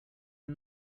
are